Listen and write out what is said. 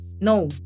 No